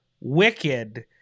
wicked